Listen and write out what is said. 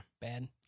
bad